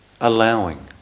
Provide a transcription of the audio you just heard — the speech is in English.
allowing